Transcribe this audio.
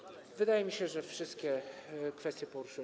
Wydaje mi się, że wszystkie kwestie poruszyłem.